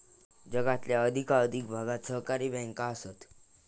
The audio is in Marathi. जगातल्या अधिकाधिक भागात सहकारी बँका आसत